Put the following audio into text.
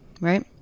right